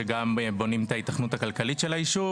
שגם בונים את ההיתכנות הכלכלית של היישוב.